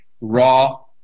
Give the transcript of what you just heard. raw